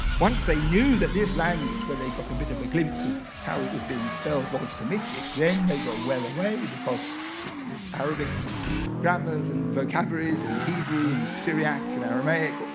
once they knew that this language when they got a bit of a glimpse of how it was being spelled while semitic, then they were well away. because if arabic grammars and vocabularies and hebrew and syriac and aramaic,